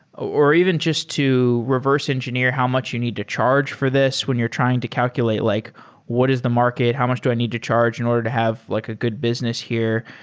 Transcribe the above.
or even just to reverse engineer how much you need to charge for this when you're trying to calculate, like what is the market? how much do i need to charge in order to have like a good business here?